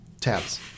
Tabs